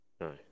No